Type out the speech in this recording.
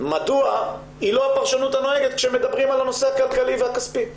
מדוע היא לא הפרשנות הנוהגת כשמדברים על הנושא הכלכלי והכספי?